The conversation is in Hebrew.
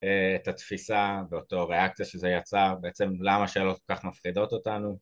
את התפיסה ואותו ריאקציה שזה יצר, בעצם למה שאלות כל כך מפחידות אותנו.